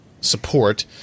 support